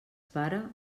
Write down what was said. para